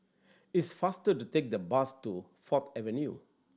it's faster to take the bus to Fourth Avenue